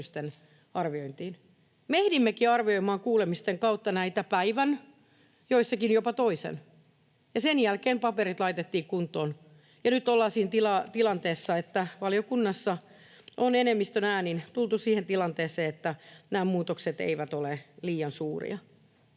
Me ehdimmekin arvioimaan kuulemisten kautta näitä päivän, joissakin jopa toisen, ja sen jälkeen paperit laitettiin kuntoon. Ja nyt ollaan siinä tilanteessa, että valiokunnassa on enemmistön äänin tultu siihen tilanteeseen, että nämä muutokset eivät ole liian suuria.